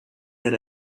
that